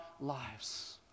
lives